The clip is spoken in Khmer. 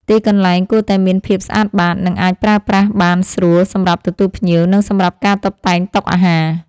ទីកន្លែងគួរតែមានភាពស្អាតបាត និងអាចប្រើប្រាស់បានស្រួល សម្រាប់ទទួលភ្ញៀវ និងសម្រាប់ការតុបតែងតុអាហារ។